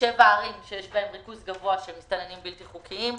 7 ערים שיש בהן ריכוז גבוה של מסתננים בלתי חוקיים.